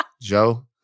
Joe